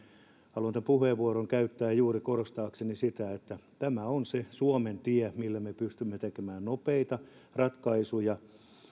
tämän puheenvuoron käyttää juuri korostaakseni sitä että tämä on se suomen tie millä me pystymme tekemään nopeita ratkaisuja